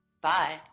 Bye